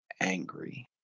angry